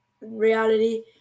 reality